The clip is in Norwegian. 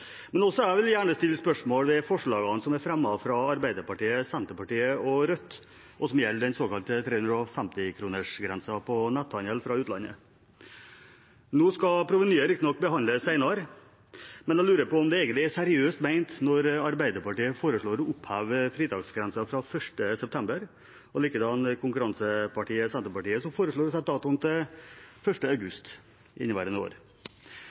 Men også jeg vil gjerne stille spørsmål ved forslagene som er fremmet fra Arbeiderpartiet, Senterpartiet og Rødt som gjelder den såkalte 350-kronersgrensen på netthandel fra utlandet. Nå skal provenyer riktignok behandles senere, men jeg lurer på om det egentlig er seriøst ment når Arbeiderpartiet foreslår å oppheve fritaksgrensen fra 1. september, og likedan konkurransepartiet Senterpartiet, som foreslår å sette datoen til 1. august inneværende år.